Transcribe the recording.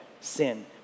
sin